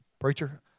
preacher